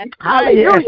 Hallelujah